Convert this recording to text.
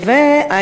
כמו כן,